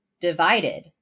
Divided